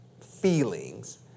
feelings